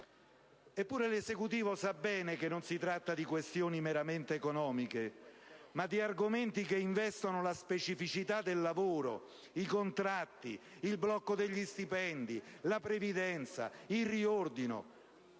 Eppure, l'Esecutivo sa bene che non si tratta di questioni meramente economiche, ma di argomenti che investono la specificità del lavoro, i contratti, il blocco degli stipendi, la previdenza, il riordino.